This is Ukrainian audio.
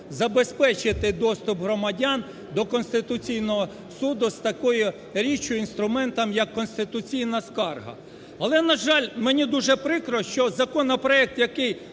забезпечити доступ громадян до Конституційного Суду з такою річчю, інструментом, як конституційна скарга. Але, на жаль, мені дуже прикро, що законопроект, який